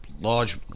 Large